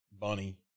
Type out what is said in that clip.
Bunny